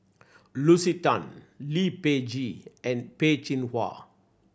Lucy Tan Lee Peh Gee and Peh Chin Hua